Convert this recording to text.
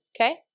Okay